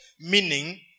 meaning